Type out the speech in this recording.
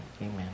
Amen